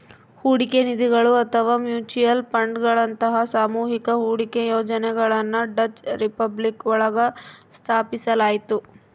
ಹೂಡಿಕೆ ನಿಧಿಗಳು ಅಥವಾ ಮ್ಯೂಚುಯಲ್ ಫಂಡ್ಗಳಂತಹ ಸಾಮೂಹಿಕ ಹೂಡಿಕೆ ಯೋಜನೆಗಳನ್ನ ಡಚ್ ರಿಪಬ್ಲಿಕ್ ಒಳಗ ಸ್ಥಾಪಿಸಲಾಯ್ತು